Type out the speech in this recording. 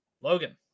Logan